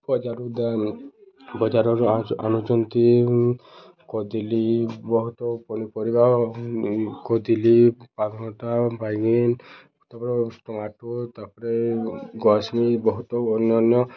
ବଜାର ବଜାରରୁ ଆଣୁଚନ୍ତି କଦିଲୀ ବହୁତ ପନିପରିବା କଦିଲି ପାତଲ୍ଘଟା ବାଇଗନ୍ ତା'ପରେ ଟମାଟୋ ତା'ପରେ ଗୁଆସେମି ବହୁତ ଅନ୍ୟ ଅନ୍ୟ